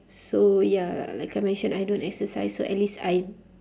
so ya like I mentioned I don't exercise so at least I